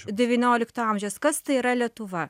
devyniolikto amžiaus kas tai yra lietuva